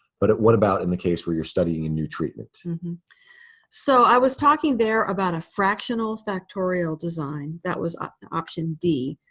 but what about in the case where you're studying a and new treatment so i was talking there about a fractional factorial design. that was option d,